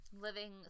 Living